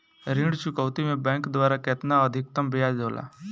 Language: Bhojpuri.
ऋण चुकौती में बैंक द्वारा केतना अधीक्तम ब्याज होला?